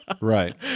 Right